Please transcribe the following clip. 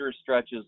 stretches